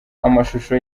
amashusho